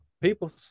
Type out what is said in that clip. people